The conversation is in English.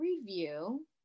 review